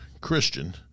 Christian